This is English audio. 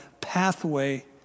pathway